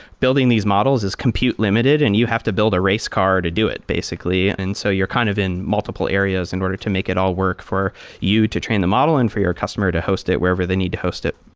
building these models is compute limited and you have to build a race car to do it, basically. and so you're kind of in multiple areas in order to make it all work for you to train the model and for your customer to host it wherever they need to host it.